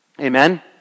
Amen